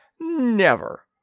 Never